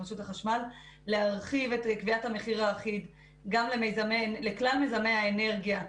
רשות החשמל להרחיב את קביעת המחיר האחיד לכלל מיזמי האנרגיה,